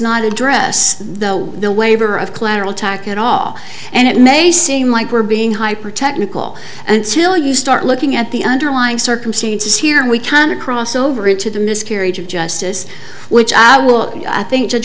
not address the waiver of collateral attack at all and it may seem like we're being hypertechnical until you start looking at the underlying circumstances here and we can cross over into the miscarriage of justice which i will i think